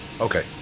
Okay